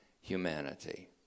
humanity